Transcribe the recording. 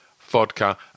vodka